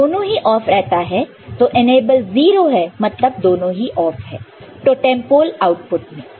तो दोनों ही ऑफ रहता है तो एनेबल 0 है मतलब दोनों ही ऑफ है टोटेम पोल आउटपुट में